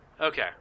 Okay